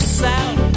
south